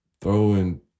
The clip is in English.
throwing